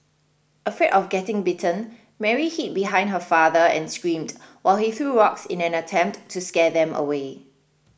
afraid of getting bitten Mary hid behind her father and screamed while he threw rocks in an attempt to scare them away